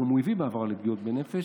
והוא הביא בעבר לפגיעות בנפש.